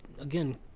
again